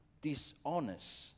dishonest